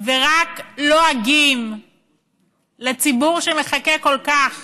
ורק לועגים לציבור שמחכה כל כך